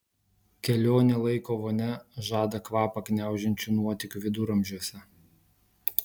kelionė laiko vonia žada kvapą gniaužiančių nuotykių viduramžiuose